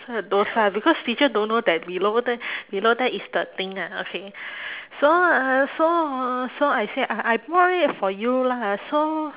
those lah because teacher don't know that below tha~ below there is the thing ah okay so ah so ah so I say I I brought it for you lah so